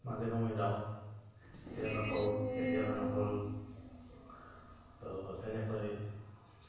মাজে সময় যাওঁ কেতিয়াবা কৰোঁ কেতিয়াবা নকৰোঁ তো তেনেকৈ